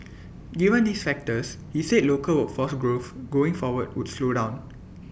given these factors he said local workforce growing forward would slow down